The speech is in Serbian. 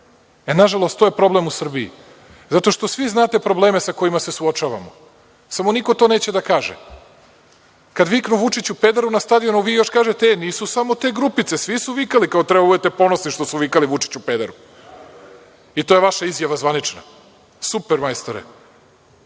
je. Nažalost, to je problem u Srbiji. Zato što svi znate probleme sa kojima se suočavamo, samo niko to neće da kaže. Kada viknu „Vučiću pederu“, na stadionu, vi još kažete – nisu samo te grupice, svi su vikali, kao treba da budete ponosni što su vikali „Vučiću pederu“. I, to je vaša izjava zvanična, super majstore!